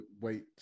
wait